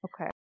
Okay